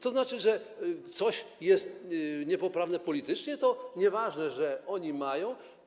To znaczy, że coś jest niepoprawne politycznie, to nieważne, że oni mają?